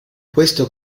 questo